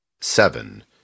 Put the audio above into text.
Seven